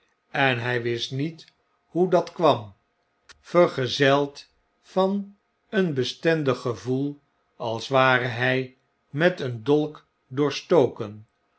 en hg wist niet hoe dat kwam vergezeld vn een bestendig gevoel als ware hg met een dolk doorstoken